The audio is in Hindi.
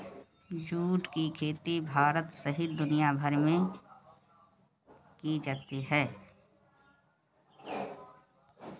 जुट की खेती भारत सहित दुनियाभर में की जाती है